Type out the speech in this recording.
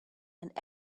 and